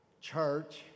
Church